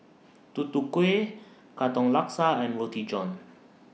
Tutu Kueh Katong Laksa and Roti John